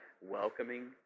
welcoming